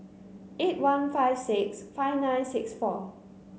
eight one five six five nine six four